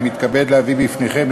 אני מתכבד להביא בפניכם,